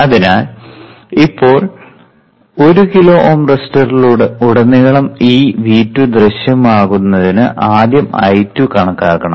അതിനാൽ ഇപ്പോൾ 1 കിലോ Ω റെസിസ്റ്ററിലുടനീളം ഈ V2 ദൃശ്യമാകുന്നതിന് ആദ്യം I2 കണക്കാക്കണം